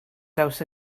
draws